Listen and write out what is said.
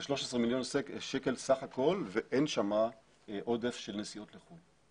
זה 13 מיליון שקל סה"כ ואין שמה עודף של נסיעות לחו"ל.